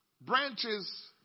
Branches